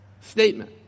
statement